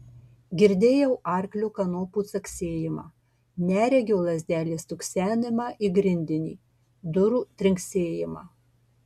girdėjau arklio kanopų caksėjimą neregio lazdelės stuksenimą į grindinį durų trinksėjimą